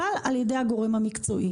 אבל על ידי הגורם המקצועי.